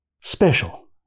special